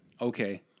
okay